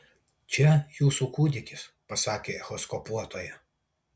čia jūsų kūdikis pasakė echoskopuotoja